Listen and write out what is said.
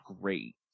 great